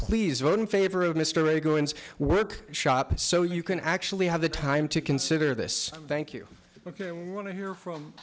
please vote in favor of mr a go and work shop so you can actually have the time to consider this thank you want to hear from